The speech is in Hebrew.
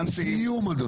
סיום.